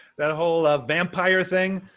that whole ah vampire thing.